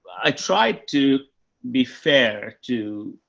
i try to be fair to,